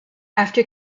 after